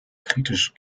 kritisch